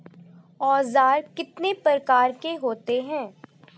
औज़ार कितने प्रकार के होते हैं?